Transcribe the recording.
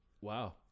Wow